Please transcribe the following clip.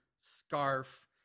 scarf